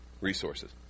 resources